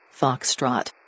Foxtrot